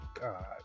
God